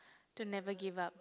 to never give up